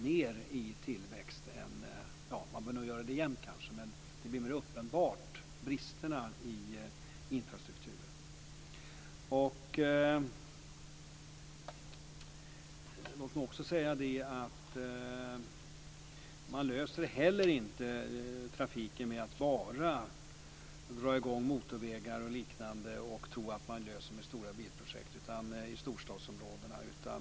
Man bör kanske göra dem jämt, men mer vid tillväxt. Bristerna i infrastrukturen blir mer uppenbara då. Man löser inte heller problemen med trafiken genom att bara dra i gång motorvägar och stora bilprojekt i storstadsområdena.